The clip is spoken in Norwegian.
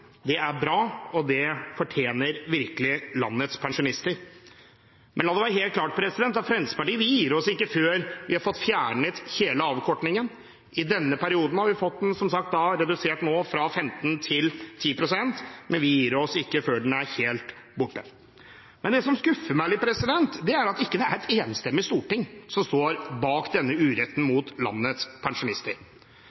Det er bra, og det fortjener virkelig landets pensjonister. Men la det være helt klart at vi i Fremskrittspartiet ikke gir oss før vi har fått fjernet hele avkortningen. I denne perioden har vi som sagt fått den redusert fra 15 til 10 pst., men vi gir oss ikke før den er helt borte. Det som skuffer meg litt, er at det ikke er et enstemmig storting som står bak å ville gjøre noe med denne uretten mot landets pensjonister.